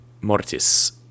mortis